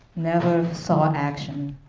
never saw action.